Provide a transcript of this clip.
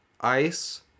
Ice